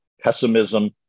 Pessimism